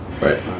Right